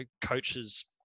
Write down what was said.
coaches